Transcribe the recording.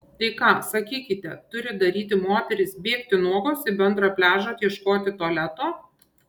tai ką sakykite turi daryti moterys bėgti nuogos į bendrą pliažą ieškoti tualeto